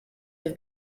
have